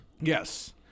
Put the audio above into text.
Yes